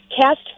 cast